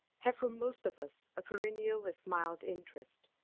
have for most of us a perennial if mild interest,